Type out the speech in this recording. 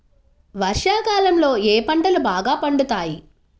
వర్షాకాలంలో ఏ పంటలు బాగా పండుతాయి?